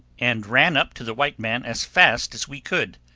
and ran up to the white man as fast as we could.